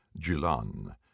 Jilan